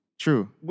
True